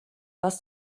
was